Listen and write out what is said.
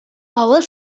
авыл